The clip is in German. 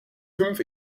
fünf